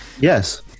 Yes